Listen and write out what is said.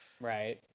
Right